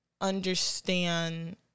understand